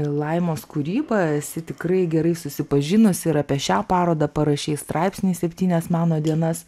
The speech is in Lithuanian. laimos kūrybą esi tikrai gerai susipažinusi ir apie šią parodą parašei straipsnį į septynias meno dienas